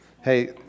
Hey